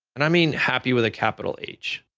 and i mean, happy with a capital h,